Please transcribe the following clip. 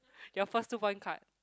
your first two point card